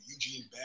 Eugene